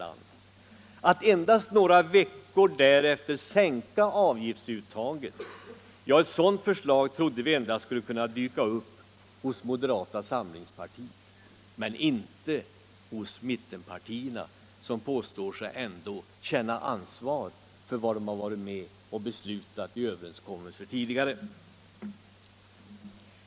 Att endast några veckor därefter sänka avgiftsuttaget, ja, ett sådant förslag trodde vi endast skulle kunna dyka upp hos moderata samlingspartiet men inte hos mittenpartierna, som ändå påstår sig känna ansvar för vad de har varit med om att besluta vid tidigare överenskommelser.